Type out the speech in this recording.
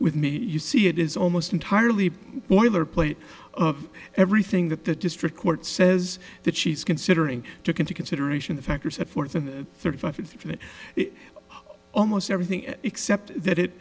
with me you see it is almost entirely boilerplate everything that the district court says that she's considering took into consideration the factors at fourth and thirty five almost everything except that it